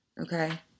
okay